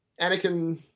Anakin